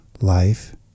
life